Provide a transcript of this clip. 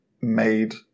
made